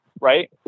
right